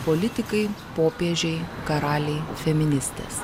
politikai popiežiai karaliai feministės